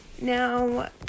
Now